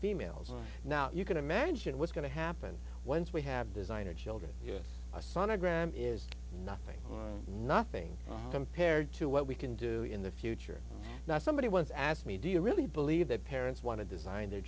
females and now you can imagine what's going to happen once we have designer children a sonogram is nothing nothing compared to what we can do in the future not somebody once asked me do you really believe that parents want to design their